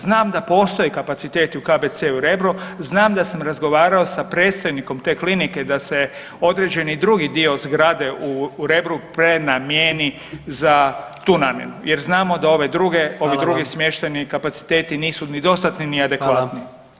Znam da postoje kapaciteti u KBC-u Rebro, znam da sam razgovarao sa predstojnikom te klinike da se određeni drugi dio zgrade u Rebru prenamijeni za tu namjenu jer znamo da ove druge [[Upadica: Hvala vam.]] ovi drugi smještajni kapaciteti nisu ni dostatni ni adekvatni.